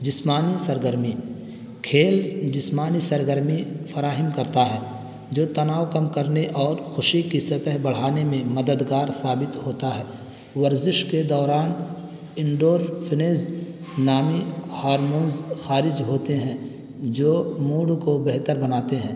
جسمانی سرگرمی کھیل جسمانی سرگرمی فراہم کرتا ہے جو تناؤ کم کرنے اور خوشی کی سطح بڑھانے میں مددگار ثابت ہوتا ہے ورزش کے دوران نامی ہارمونز خارج ہوتے ہیں جو موڈ کو بہتر بناتے ہیں